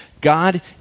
God